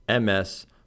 MS